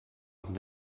and